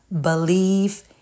Believe